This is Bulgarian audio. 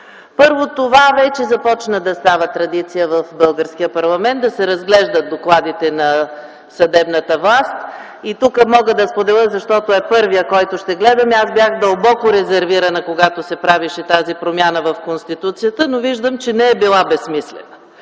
Първо, вече започна да става традиция в българския парламент да се разглеждат докладите на съдебната власт. И тук мога да споделя, защото е първият, който ще гледаме, че аз бях дълбоко резервирана, когато се правеше тази промяна в Конституцията, но виждам, че не е била безсмислена.